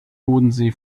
bodensee